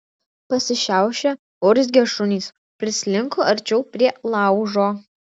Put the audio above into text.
pasišiaušę urzgią šunys prislinko arčiau prie laužo